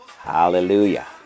Hallelujah